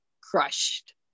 crushed